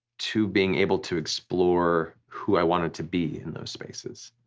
to being able to explore who i wanted to be in those spaces.